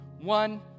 One